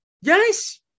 Yes